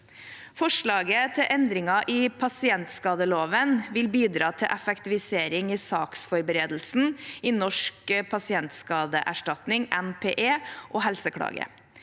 Forslaget til endringer i pasientskadeloven vil bidra til effektivisering i saksforberedelsen i Norsk pasientskadeerstatning, NPE, og Helseklage.